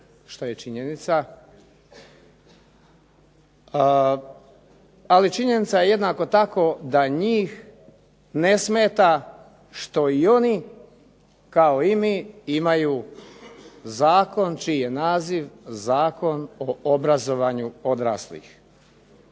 što je činjenica. Ali činjenica je jednako tako da njih ne smeta što i oni, kao i mi, imaju zakon čiji je naziv Zakon o obrazovanju odraslih.